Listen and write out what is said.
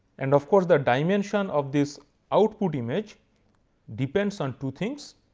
and of course, the dimension of this output image depends on two things,